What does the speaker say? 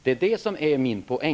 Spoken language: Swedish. Det är det som är min poäng.